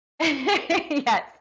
Yes